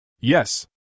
Yes